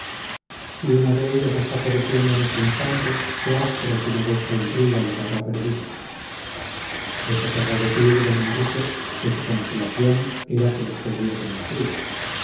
si uno de ellos está pereciendo en este instante qué astro sino vuestra intriga les habrá perdido eso querrá decir don enrique que su constelación era que les perdiese mi intriga